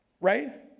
Right